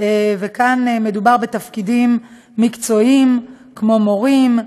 וכאן מדובר בתפקידים מקצועיים כמו מורים,